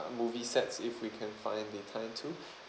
movie sets if we can find the time to